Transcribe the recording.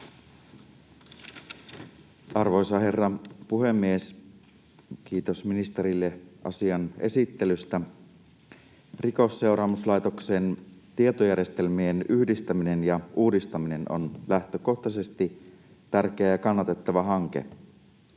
Arvoisa herra puhemies! Kiitos ministerille asian esittelystä. Rikosseuraamuslaitoksen tietojärjestelmien yhdistäminen ja uudistaminen on lähtökohtaisesti tärkeä ja kannatettava hanke.